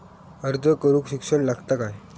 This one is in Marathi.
अर्ज करूक शिक्षण लागता काय?